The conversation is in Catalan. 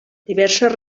diverses